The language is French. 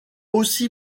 aussi